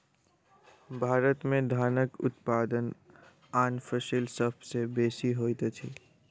भारत में धानक उत्पादन आन फसिल सभ सॅ बेसी होइत अछि